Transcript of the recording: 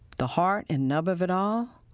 the heart and nub of it all,